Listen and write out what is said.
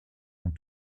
ont